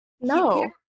No